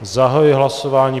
Zahajuji hlasování.